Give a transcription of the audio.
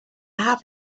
have